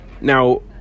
Now